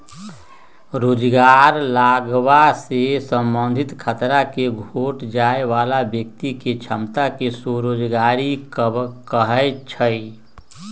रोजगार लागाबे से संबंधित खतरा के घोट जाय बला व्यक्ति के क्षमता के स्वरोजगारी कहै छइ